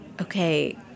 okay